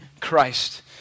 Christ